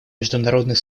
международной